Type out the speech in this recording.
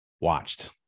watched